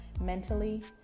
mentally